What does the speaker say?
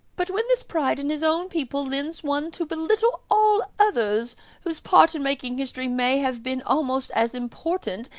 but when this pride in his own people leads one to belittle all others whose part in making history may have been almost as important,